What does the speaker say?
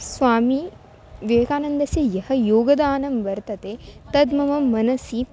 स्वामी विवेकानन्दस्य यत् योगदानं वर्तते तद् मम मनसि